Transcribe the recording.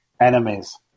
enemies